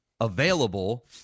available